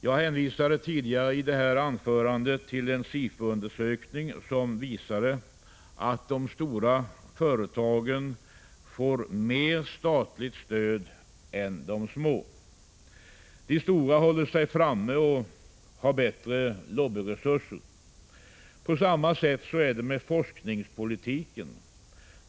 Jag hänvisade tidigare i det här anförandet till en SIFO-undersökning som visar att de stora företagen får mer statligt stöd än de små. De stora håller sig framme och har bättre lobbyresurser. På samma sätt är det med forskningspolitiken.